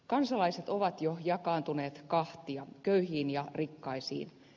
kansalaiset ovat jo jakaantuneet kahtia köyhiin ja rikkaisiin